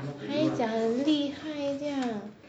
还讲很厉害这样